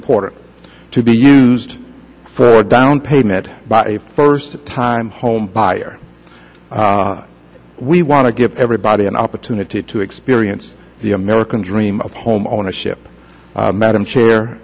important to be used for a down payment by a first time home we want to give everybody an opportunity to experience the american dream of homeownership madam chair